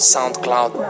SoundCloud